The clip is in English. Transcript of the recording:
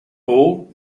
hall